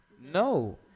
No